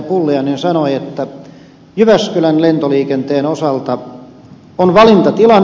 pulliainen sanoi että jyväskylän lentoliikenteen osalta on valintatilanne